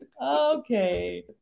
Okay